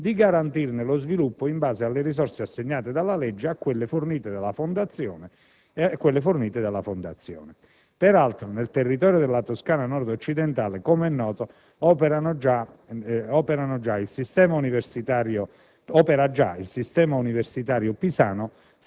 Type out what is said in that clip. di garantirne lo sviluppo in base alle risorse assegnate dalla legge e fornite dalla Fondazione. Peraltro, nel territorio della Toscana nordoccidentale - com'è noto - opera già il sistema universitario pisano,